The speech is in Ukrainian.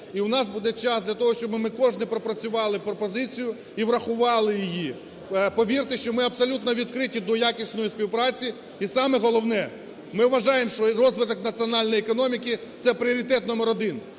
І в нас буде час для того, щоб ми кожну пропрацювали пропозицію і врахували її. Повірте, що ми абсолютно відкриті до якісної співпраці. І саме головне, ми вважаємо, що розвиток національної економіки – це пріоритет номер один.